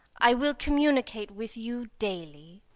i will communicate with you daily.